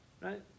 right